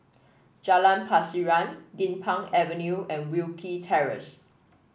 Jalan Pasiran Din Pang Avenue and Wilkie Terrace